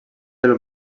del